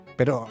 Pero